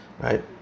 Right